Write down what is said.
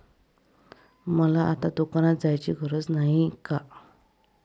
मला आता दुकानात जायची गरज नाही का?